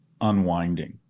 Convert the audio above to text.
unwinding